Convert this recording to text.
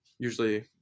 usually